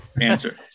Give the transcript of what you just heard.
answer